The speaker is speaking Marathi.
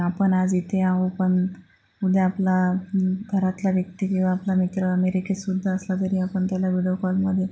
आपण आज येथे आहो पण उद्या आपला घरातला व्यक्ती किंवा आपला मित्र अमेरिकेतसुद्धा असला तरी आपण त्याला व्हिडियो कॉलमध्ये